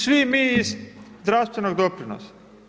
Svi mi iz zdravstvenog doprinosa.